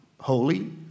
Holy